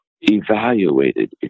Evaluated